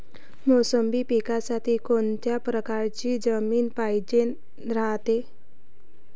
मोसंबी पिकासाठी कोनत्या परकारची जमीन पायजेन रायते?